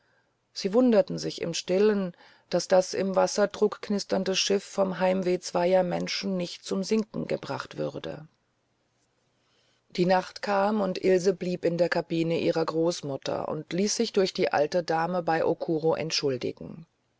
sie wunderten sich im stillen daß das im wasserdruck knisternde schiff vom heimweh zweier menschen nicht zum sinken gebracht würde die nacht kam und ilse blieb in der kabine ihrer großmutter und ließ sich durch die alte dame bei okuro entschuldigen